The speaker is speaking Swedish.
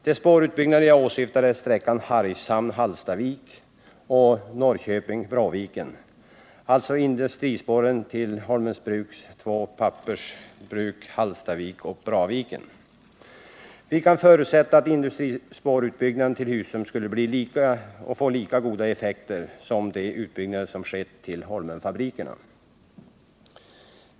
De spårutbyggnader jag åsyftar är sträckan Hargshamn-Hallstavik och Norrköping-Bråviken, alltså industrispåren till Holmens Bruks två pappersbruk i Hallstavik och Bråviken. Vi kan förutsätta att industrispårutbyggnaden till Husum skulle få lika goda effekter som de utbyggnader som skett till Holmenfabrikerna.